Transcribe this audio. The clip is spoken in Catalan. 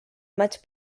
maig